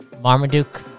Marmaduke